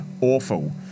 awful